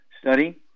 study